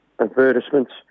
advertisements